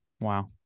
wow